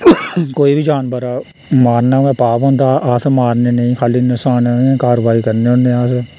कोई बी जानवर ऐ मारना ते पाप होंदा अस ते मारने नेई खाल्ली नसाने दी कारवाई करने ओने